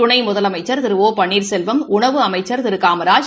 துணை முதலமைச்சர் திரு ஒ பன்னீர்செல்வம் உணவு அமைச்சர் திரு காமராஜ்